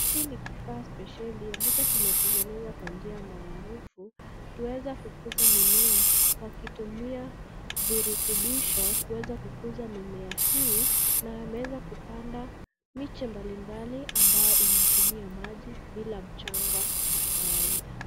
Hii ni kifaa mpesheli ambacho kimetegenezwa kwa njia maarufu kuweza kukuza mimea wakitumia virutubisho kuweza kukuza mimea ii na wameweza kupanda miche mbalimbali ambao inatumia maji bila mchanga wa kawaida.